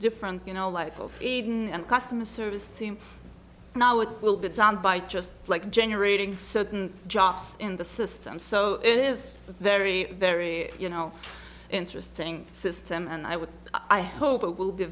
different you know life of eden and customer service team now it will be done by just like generating certain jobs in the system so it is a very very you know interesting system and i would i hope it will be